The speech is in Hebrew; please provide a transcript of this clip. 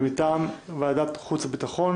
מטעם ועדת החוץ והביטחון